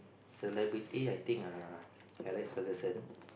celebrity I think err Alex-Ferguson